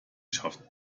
schafft